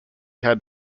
had